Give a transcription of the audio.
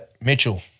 Mitchell